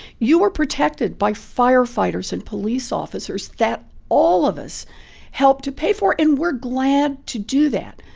you were protected by firefighters and police officers that all of us helped to pay for. and we're glad to do that.